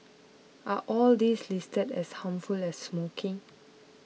are all these listed as harmful as smoking